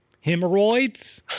Hemorrhoids